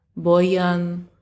Boyan